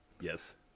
Yes